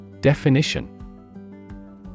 Definition